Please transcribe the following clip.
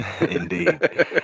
Indeed